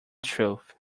truth